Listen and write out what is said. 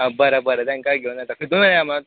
आं बरें बरें तांकांय घेवन येतां कितून या मात